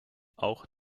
auch